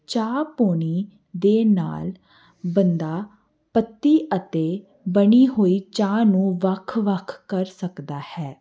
ਚਾਹ ਪੋਣੀ ਦੇ ਨਾਲ ਬੰਦਾ ਪੱਤੀ ਅਤੇ ਬਣੀ ਹੋਈ ਚਾਹ ਨੂੰ ਵੱਖ ਵੱਖ ਕਰ ਸਕਦਾ ਹੈ